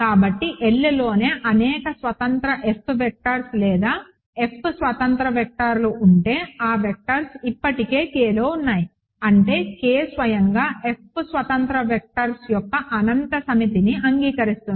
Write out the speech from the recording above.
కాబట్టి L లోనే అనేక స్వతంత్ర F వెక్టర్స్ లేదా F స్వతంత్ర వెక్టర్స్ ఉంటే ఆ వెక్టర్స్ ఇప్పటికే K లో ఉన్నాయి అంటే K స్వయంగా F స్వతంత్ర వెక్టర్స్ యొక్క అనంత సమితిని అంగీకరిస్తుంది